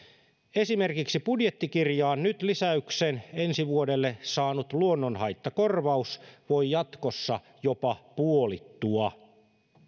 esimerkiksi budjettikirjaan nyt lisäyksen ensi vuodelle saanut luonnonhaittakorvaus voi jatkossa jopa puolittua